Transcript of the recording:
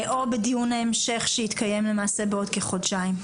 או בדיון המשך שיתקיים למעשה בעוד כחודשיים.